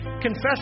confess